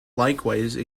likewise